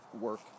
work